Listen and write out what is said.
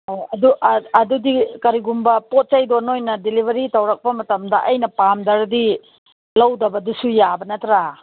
ꯍꯣꯏ ꯑꯗꯨ ꯑꯗꯨꯗꯤ ꯀꯔꯤꯒꯨꯝꯕ ꯄꯣꯠ ꯆꯩꯗꯣ ꯅꯣꯏꯅ ꯗꯦꯂꯤꯕꯔꯤ ꯇꯧꯔꯛꯄ ꯃꯇꯝꯗ ꯑꯩꯅ ꯄꯥꯝꯗ꯭ꯔꯗꯤ ꯂꯧꯗꯕꯗꯨꯁꯨ ꯌꯥꯕ ꯅꯠꯇ꯭ꯔ